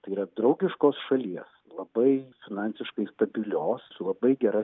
tai yra draugiškos šalies labai finansiškai stabilios labai gera